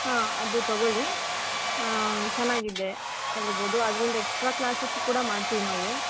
ಹಾಂ ಅದು ತಗೊಳ್ಳಿ ಹಾಂ ಚೆನ್ನಾಗಿದೆ ಕಲಿಬೋದು ಆದ್ರಿಂದ ಎಕ್ಸ್ಟ್ರಾ ಕ್ಲಾಸಸ್ಸು ಕೂಡ ಮಾಡ್ತೀವಿ ನಾವು